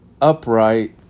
upright